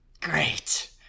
great